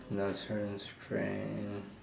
industrial strength